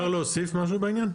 אפשר להוסיף משהו בעניין?